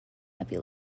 heavy